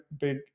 big